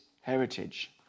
heritage